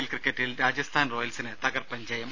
L ക്രിക്കറ്റിൽ രാജസ്ഥാൻ റോയൽസിന് തകർപ്പൻ ജയം